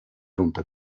runter